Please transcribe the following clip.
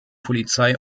polizei